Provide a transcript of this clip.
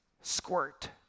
Squirt